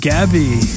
Gabby